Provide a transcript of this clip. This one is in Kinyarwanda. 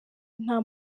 nta